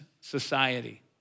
society